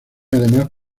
además